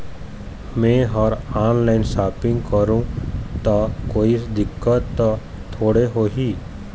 मैं हर online shopping करू ता कोई दिक्कत त थोड़ी होही?